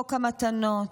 חוק המתנות,